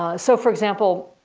ah so for example,